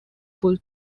full